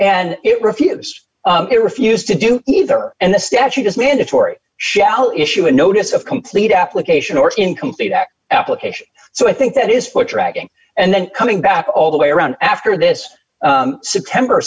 and it refuse it refused to do either and the statute is mandatory shall issue a notice of complete application or incomplete at application so i think that is foot dragging and then coming back all the way around after this september